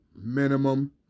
minimum